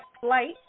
flight